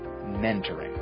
mentoring